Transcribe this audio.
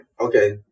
Okay